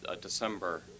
December